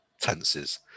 tenses